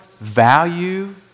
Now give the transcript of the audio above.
value